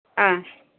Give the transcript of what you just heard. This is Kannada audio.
ಹಾಂ